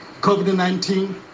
COVID-19